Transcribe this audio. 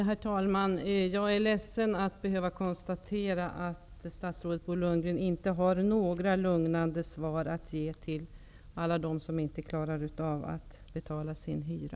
Herr talman! Jag är ledsen att behöva konstatera att statsrådet Bo Lundgren inte har några lugnande svar att ge till alla dem som inte klarar av att betala sin hyra.